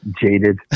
jaded